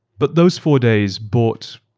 but those four days bought,